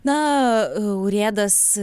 na urėdas